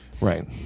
right